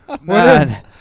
Man